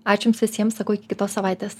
ačiū jums visiems sakau iki kitos savaitės